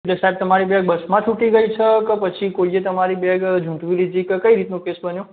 એટલે સાહેબ તમારી બેગ બસમાં છૂટી ગઈ છે કે પછી કોઈએ તમારી બેગ ઝુંટવી લીધી છે કઈ રીતનો કેસ બન્યો